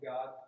God